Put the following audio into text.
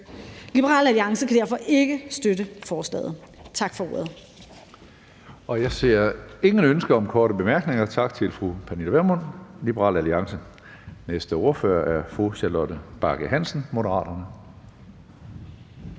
Liberal Alliance kan derfor ikke støtte forslaget. Tak for ordet.